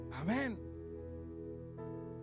Amen